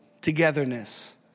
togetherness